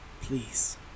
Please